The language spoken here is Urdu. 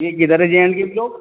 یہ کدھر ہے جے این کے